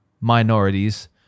minorities